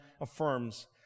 affirms